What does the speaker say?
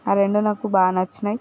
ఆ రెండు నాకు బాగా నచ్చినాయి